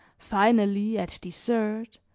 finally, at dessert,